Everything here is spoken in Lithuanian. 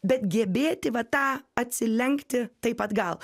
bet gebėti va tą atsilenkti taip atgal